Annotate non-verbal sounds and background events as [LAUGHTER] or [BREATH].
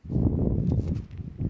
[BREATH]